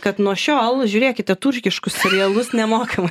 kad nuo šiol žiūrėkite turkiškus serialus nemokamai